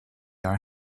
are